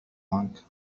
عنك